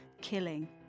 killing